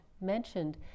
mentioned